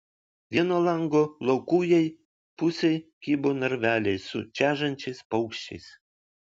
vieno lango laukujėj pusėj kybo narveliai su čežančiais paukščiais